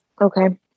Okay